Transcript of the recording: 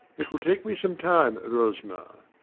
it will take me some time, rosmer.